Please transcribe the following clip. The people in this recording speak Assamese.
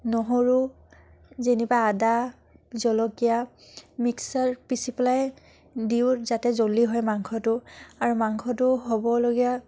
নহৰু যেনিবা আদা জলকীয়া মিক্সাৰ পিচি পেলাই দিওঁ যাতে জলদি হয় মাংসটো আৰু মাংসটো হ'বলগীয়া